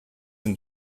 and